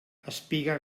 espiga